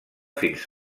fins